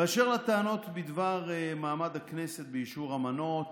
באשר לטענות בדבר מעמד הכנסת באישור אמנות